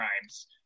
crimes